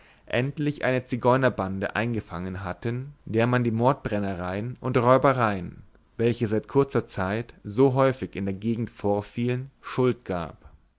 endlich eine zigeunerbande eingefangen hatten der man die mordbrennereien und räubereien welche seit kurzer zeit so häufig in der gegend vorfielen schuld gab